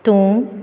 तूं